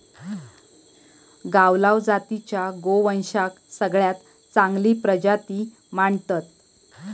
गावलाव जातीच्या गोवंशाक सगळ्यात चांगली प्रजाती मानतत